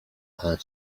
and